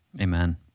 Amen